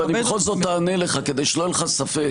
-- ואני בכל זאת אענה לך, כדי שלא יהיה לך ספק.